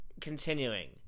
continuing